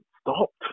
stopped